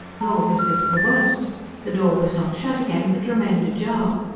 nor was this the worst the door was not shut again but remained ajar.